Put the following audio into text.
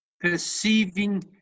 perceiving